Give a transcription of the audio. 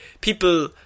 people